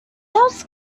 else